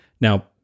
now